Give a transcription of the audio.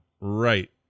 Right